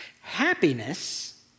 Happiness